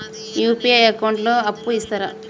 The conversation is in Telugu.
యూ.పీ.ఐ అకౌంట్ లో అప్పు ఇస్తరా?